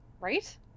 Right